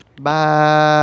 Bye